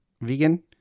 vegan